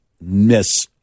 miss